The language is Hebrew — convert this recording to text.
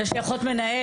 יש לי אחות מנהלת,